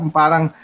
parang